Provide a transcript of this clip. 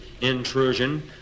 intrusion